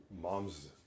mom's